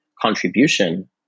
contribution